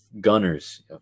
gunners